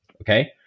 okay